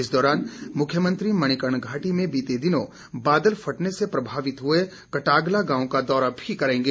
इस दौरान मुख्यमंत्री मणिकर्ण घाटी में बीते दिनों बादल फटने से प्रभावित हुए कटागला गांव का दौरा भी करेंगे